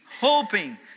hoping